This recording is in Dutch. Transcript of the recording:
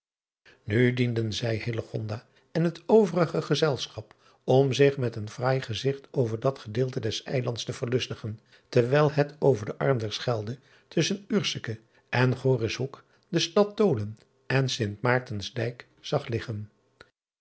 u dienden zij en het overige gezelschap om zich met een fraai gezigt over dat gedeelte des eilands te verlustigen terwijl het over den arm der chelde tusschen rseke en orishoek de tad holen en t aartensdijk zag liggen